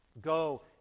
Go